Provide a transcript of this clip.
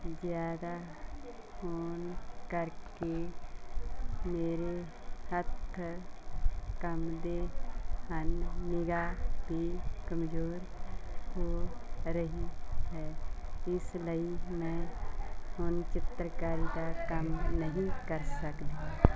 ਜ਼ਿਆਦਾ ਹੋਣ ਕਰਕੇ ਮੇਰੇ ਹੱਥ ਕੰਬਦੇ ਹਨ ਨਿਗ੍ਹਾ ਵੀ ਕਮਜ਼ੋਰ ਹੋ ਰਹੀ ਹੈ ਇਸ ਲਈ ਮੈਂ ਹੁਣ ਚਿੱਤਰਕਾਰੀ ਦਾ ਕੰਮ ਨਹੀਂ ਕਰ ਸਕਦੀ